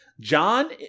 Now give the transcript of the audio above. John